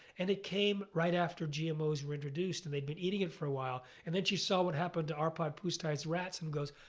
and it came right after gmos were introduced and they'd been eating it for a while. and then she saw what happened to arpad pusztai's rats and goes,